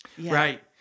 Right